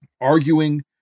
arguing